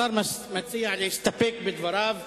השר מציע להסתפק בדבריו.